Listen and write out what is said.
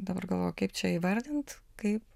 dabar galvoju kaip čia įvardint kaip